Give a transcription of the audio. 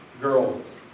girls